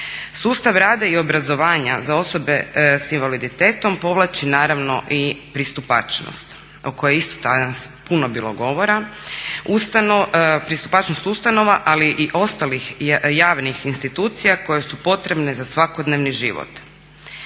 Sustav rada i obrazovanja za osobe sa invaliditetom povlači naravno i pristupačnost o kojoj je isto danas puno bilo govora. Pristupačnost ustanova ali i ostalih javnih institucije koje su potrebne za svakodnevni život.